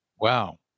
Wow